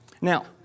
Now